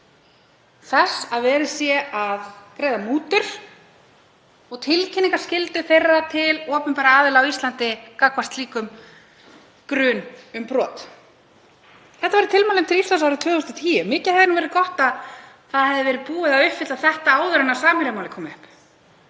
þess að verið sé að greiða mútur og tilkynningarskyldu þeirra til opinberra aðila á Íslandi gagnvart slíkum grun um brot. Þetta voru tilmæli til Íslands árið 2010. Mikið hefði verið gott að það hefði verið búið að uppfylla þetta áður en Samherjamálið kom upp,